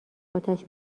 اتش